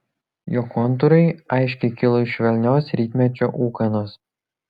jo kontūrai aiškiai kilo iš švelnios rytmečio ūkanos